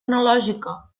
analògica